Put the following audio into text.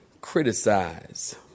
criticize